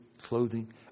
clothing